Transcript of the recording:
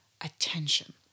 attention